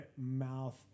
mouth